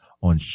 on